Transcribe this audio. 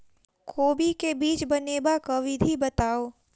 कोबी केँ बीज बनेबाक विधि बताऊ?